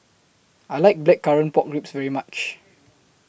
I like Blackcurrant Pork Ribs very much